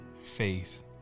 faith